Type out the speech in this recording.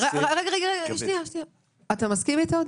דניאל, אתה מסכים אתו?